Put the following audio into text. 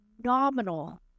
phenomenal